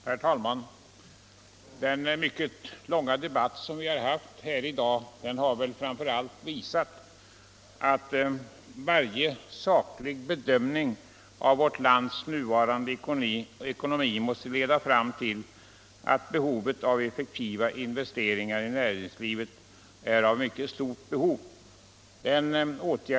Herr talman! Den mycket långa debatt som vi haft i dag har framför allt visat att varje saklig bedömning av vårt lands nuvarande ekonomi måste leda fram till slutsatsen att behovet av effektiva investeringar i näringslivet är mycket stort.